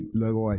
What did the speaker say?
luego